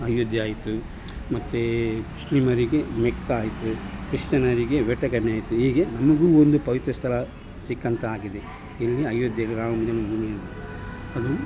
ಅಯೋಧ್ಯೆ ಆಯಿತು ಮತ್ತು ಮುಸ್ಲಿಮರಿಗೆ ಮೆಕ್ಕಾ ಆಯಿತು ಕ್ರಿಶ್ಚಿಯನ್ನರಿಗೆ ವ್ಯಾಟಿಕನ್ ಆಯಿತು ಹೀಗೆ ನಮಗೂ ಒಂದು ಪವಿತ್ರ ಸ್ಥಳ ಸಿಕ್ಕಂತಾಗಿದೆ ಎಲ್ಲಿ ಅಯೋಧ್ಯೆಯಲ್ಲಿ ರಾಮ ಜನ್ಮಭೂಮಿಯಲ್ಲಿ ಅದು